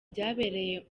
byabereye